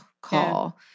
call